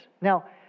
Now